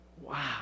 Wow